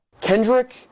Kendrick